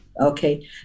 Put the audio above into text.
okay